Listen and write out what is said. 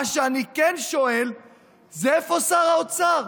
מה שאני כן שואל זה איפה שר האוצר,